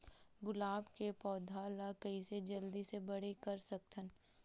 गुलाब के पौधा ल कइसे जल्दी से बड़े कर सकथन?